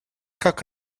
как